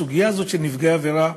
הסוגיה הזאת של נפגעי עבירה,